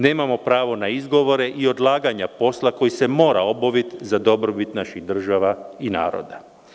Nemamo pravo na izgovore i odlaganja posla koji se mora obaviti za dobrobit naših država i naroda.